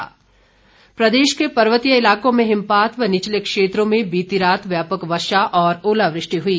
मौसम प्रदेश के पर्वतीय इलाकों में हिमपात व निचले क्षेत्रों में बीती रात व्यापक वर्षा व ओलावृष्टि हुई